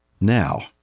Now